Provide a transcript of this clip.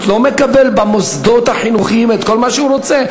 לא מקבל במוסדות החינוכיים את כל מה שהוא רוצה?